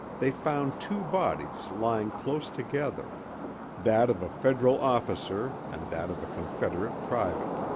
they found two bodies lying close together that of a federal officer and that of a confederate private.